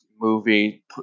movie